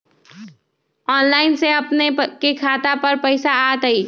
Online से अपने के खाता पर पैसा आ तई?